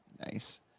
nice